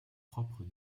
propre